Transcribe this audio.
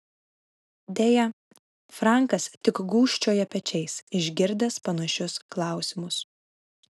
deja frankas tik gūžčioja pečiais išgirdęs panašius klausimus